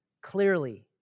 clearly